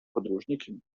podróżnikiem